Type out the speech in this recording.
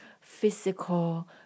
physical